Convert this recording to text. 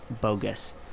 bogus